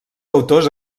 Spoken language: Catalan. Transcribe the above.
autors